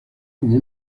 como